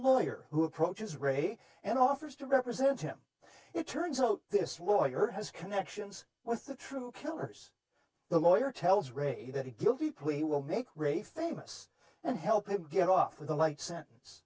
lawyer who approaches radio and offers to represent him it turns out this lawyer has connections with the true killers the lawyer tells ray that a guilty plea will make ray famous and help him get off with a life sentence